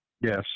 Yes